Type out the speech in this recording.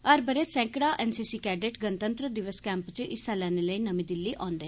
हर ब'रे सैकड़ां NCC cadet गणतंत्र दिवस कैंप च हिस्सा लैने लेई नमीं दिल्ली औंदे न